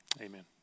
amen